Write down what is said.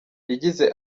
yagize